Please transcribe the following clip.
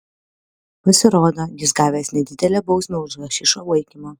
pasirodo jis gavęs nedidelę bausmę už hašišo laikymą